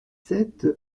sept